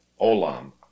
Olam